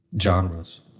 genres